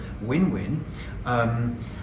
win-win